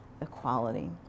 equality